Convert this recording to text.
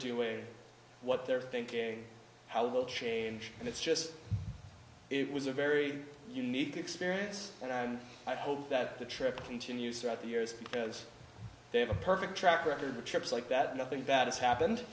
weigh what they're thinking how it will change and it's just it was a very unique experience and i and i hope that the trip continues throughout the years because they have a perfect track record of trips like that nothing bad has happened